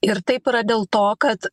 ir taip yra dėl to kad